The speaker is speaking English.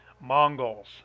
Mongols